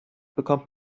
bekommt